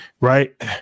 right